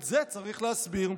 את זה צריך להסביר.